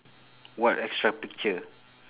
what extra picture